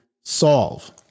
solve